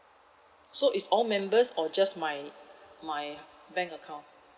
so is all members or just my my bank account